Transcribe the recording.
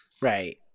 Right